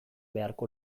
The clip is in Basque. beharko